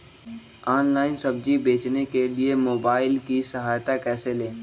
Online सब्जी बेचने के लिए मोबाईल की सहायता कैसे ले?